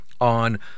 on